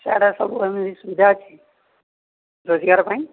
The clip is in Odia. ସିଆଡ଼େ ସବୁ ଏମିତି ସୁବିଧା ଅଛି ରୋଜଗାର ପାଇଁ